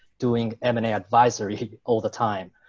doing m and a advisory all the time.